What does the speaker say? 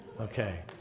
Okay